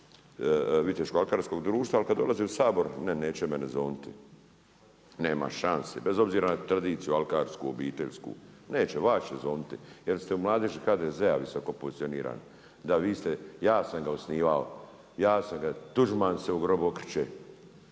oni neće mene zovnuti. Nema šanse, bez obzira na tradiciju alkarsku, obiteljsku, neće. Vaš će zovnuti jer ste u mladeži HDZ visoko pozicionirani. Da ja sam ga osnivao, Tuđman se u grobu okreće.